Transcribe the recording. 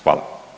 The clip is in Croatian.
Hvala.